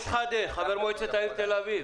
שאלה טובה.